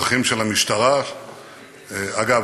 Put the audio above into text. הצרכים של המשטרה, אגב,